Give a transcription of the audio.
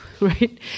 right